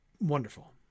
Wonderful